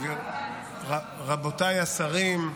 רבותיי השרים,